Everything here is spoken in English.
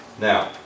Now